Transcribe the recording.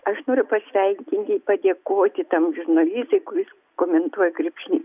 aš noriu pasveikinti padėkoti tam žurnalistui kuris komentuoja krepšinį